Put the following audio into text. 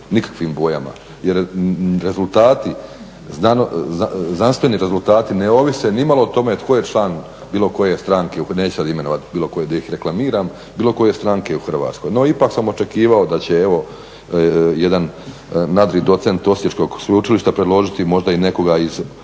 nikakvim bojama, jer rezultati, znanstveni rezultati ne ovise ni malo o tome tko je član bilo koje stranke, neću sad imenovati bilo koje da ih reklamiram, bilo koje stranke u Hrvatskoj. No, ipak sam očekivao da će evo jedan nadri docent osječkog sveučilišta predložiti možda i nekoga iz Osijeka